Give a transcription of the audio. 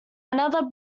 another